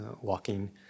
walking